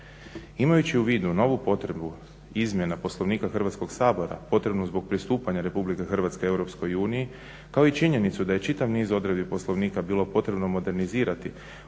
Imajući u vidu novu potrebu izmjena Poslovnika Hrvatskog sabora potrebnu zbog pristupanja RH EU kao i činjenicu da je čitav niz odredbi Poslovnika bilo potrebno modernizirati